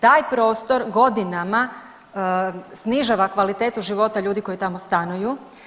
Taj prostor godinama snižava kvalitetu života ljudi koji tamo stanuju.